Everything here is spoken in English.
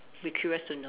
be curious to know